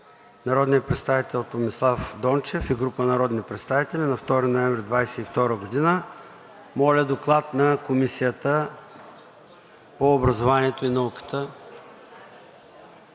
народния представител Томислав Дончев и група народни представители на 2 ноември 2022 г. Моля, Доклада на Комисията по образованието и науката.